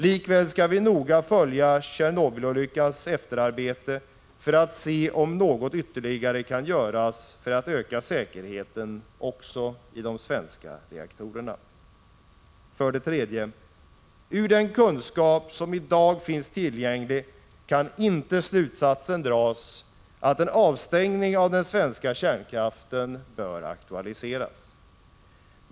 Likväl skall vi noga följa Tjernobylolyckans efterarbete för att se om något ytterligare kan göras för att öka säkerheten också i de svenska reaktorerna. 3. Ur den kunskap som i dag finns tillgänglig kan inte slutsatsen dras att en avstängning av den svenska kärnkraften bör aktualiseras.